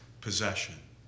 possession